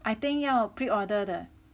I think 要 pre order 的